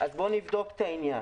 אז בואו נבדוק את העניין.